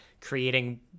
creating